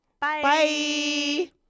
Bye